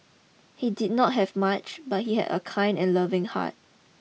he did not have much but he had a kind and loving heart